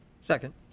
Second